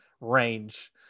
range